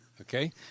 Okay